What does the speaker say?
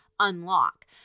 unlock